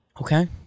Okay